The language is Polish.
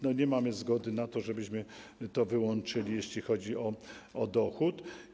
Nie mamy zgody na to, żebyśmy to wyłączyli, jeśli chodzi o dochód.